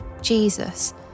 Jesus